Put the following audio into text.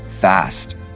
fast